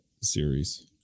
series